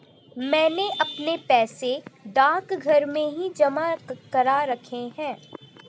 मैंने अपने पैसे डाकघर में ही जमा करा रखे हैं